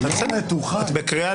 את בקריאה לסדר.